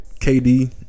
KD